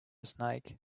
snake